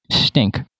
Stink